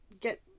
get